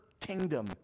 kingdom